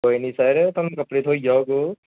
कोई निं सर थुहानू कपड़े थ्होई जाह्ग